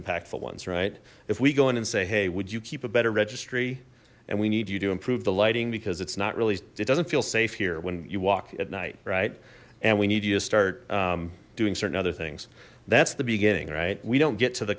impactful ones right if we go in and say hey would you keep a better registry and we need you to improve the lighting because it's not really it doesn't feel safe here when you walk at night right and we need you to start doing certain other things that's the beginning right we don't get to the